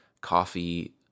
coffee